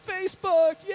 Facebook